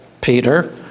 Peter